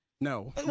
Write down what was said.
No